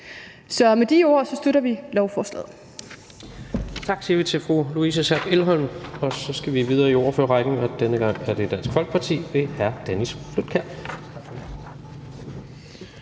Så med de ord støtter vi lovforslaget.